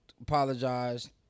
apologized